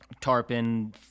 tarpon